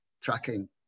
tracking